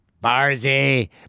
Barzy